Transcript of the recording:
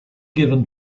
given